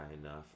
enough